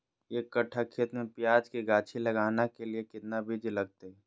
एक कट्ठा खेत में प्याज के गाछी लगाना के लिए कितना बिज लगतय?